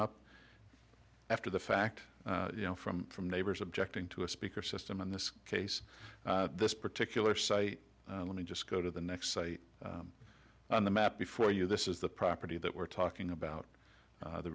up after the fact you know from from neighbors objecting to a speaker system in this case this particular site let me just go to the next site on the map before you this is the property that we're talking about